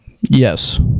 Yes